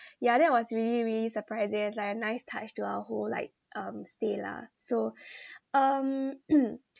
ya that was really really surprising it's like a nice touch to our whole like um stay lah so um